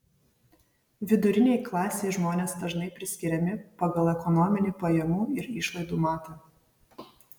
vidurinei klasei žmonės dažnai priskiriami pagal ekonominį pajamų ir išlaidų matą